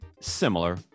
similar